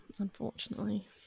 unfortunately